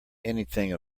anything